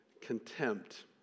contempt